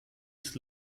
ist